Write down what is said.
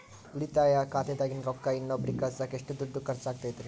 ಉಳಿತಾಯ ಖಾತೆದಾಗಿನ ರೊಕ್ಕ ಇನ್ನೊಬ್ಬರಿಗ ಕಳಸಾಕ್ ಎಷ್ಟ ದುಡ್ಡು ಖರ್ಚ ಆಗ್ತೈತ್ರಿ?